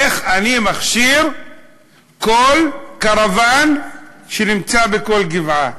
איך אני מכשיר כל קרוון שנמצא בכל גבעה,